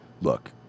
look